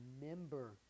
remember